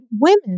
women